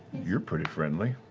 you're pretty friendly.